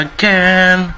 Again